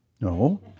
No